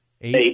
Eight